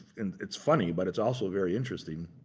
and it's funny, but it's also very interesting,